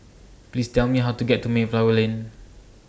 Please Tell Me How to get to Mayflower Lane